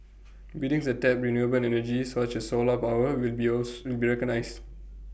buildings A tap renewable energy such as solar power will be owls will be recognised